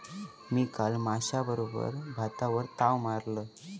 मी काल माश्याबरोबर भातावर ताव मारलंय